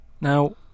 Now